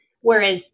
whereas